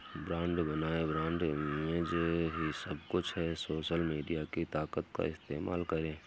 brand बनाएं, brand image ही सब कुछ है, सोशल मीडिया की ताकत का इस्तेमाल करें